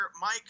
Mike